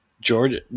George